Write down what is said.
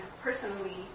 personally